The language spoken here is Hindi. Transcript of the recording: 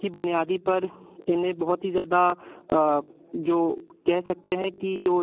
की बुनियाद पर इन्हें बहुत ही ज़्यादा जो कह सकते हैं कि जो